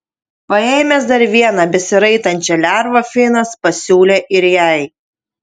paėmęs dar vieną besiraitančią lervą finas pasiūlė ir jai